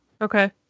Okay